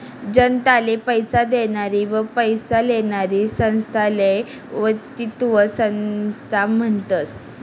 जनताले पैसा देनारी व पैसा लेनारी संस्थाले वित्तीय संस्था म्हनतस